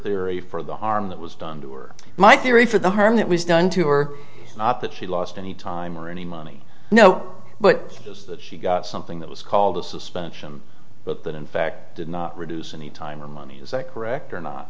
theory for the harm that was done to her my theory for the harm that was done to or not that she lost any time or any money no but was that she got something that was called a suspension but that in fact did not reduce any time or money is that correct or not